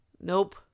Nope